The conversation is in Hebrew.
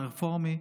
הרפורמי.